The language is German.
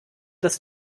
das